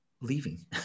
leaving